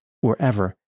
wherever